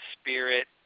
spirit